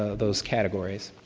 ah those categories.